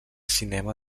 cinema